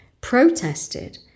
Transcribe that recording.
protested